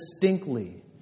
distinctly